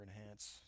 enhance